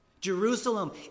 Jerusalem